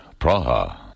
Praha